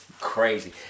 crazy